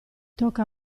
tocca